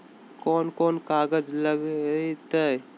कौन कौन कागज लग तय?